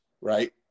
right